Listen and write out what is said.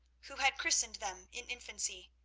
who had christened them in infancy,